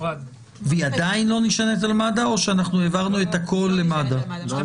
והיא עדיין לא נשענת על מד"א או שאנחנו העברנו את הכול למד"א?